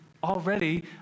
Already